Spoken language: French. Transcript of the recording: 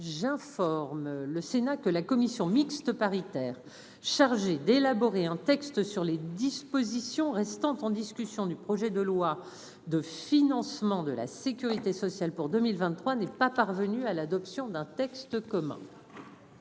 J'informe le Sénat que la commission mixte paritaire chargée d'élaborer un texte sur les dispositions restant en discussion du projet de loi de financement de la Sécurité sociale pour 2023 n'est pas parvenu à l'adoption d'un texte commun.